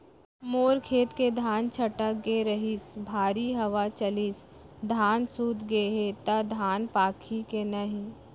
मोर खेत के धान छटक गे रहीस, भारी हवा चलिस, धान सूत गे हे, त धान पाकही के नहीं?